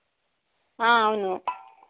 అవును